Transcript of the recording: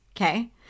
okay